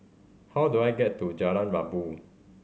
how do I get to Jalan Rabu